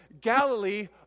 Galilee